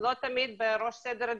לא תמיד בראש סדר העדיפויות.